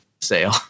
sale